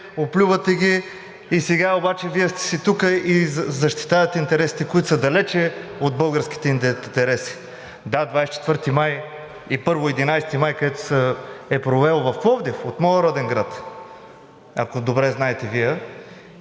оплювате ги и сега обаче Вие сте си тук и защитавате интересите, които са далеч от българските интереси. Да, 24 май, първо 11 май, където се е провело в Пловдив – в моя роден град, ако добре знаете Вие,